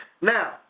Now